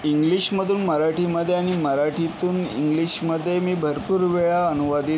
इंग्लिशमधून मराटीमध्ये आणि मराठीतून इंग्लिशमध्ये मी भरपूर वेळा अनुवादित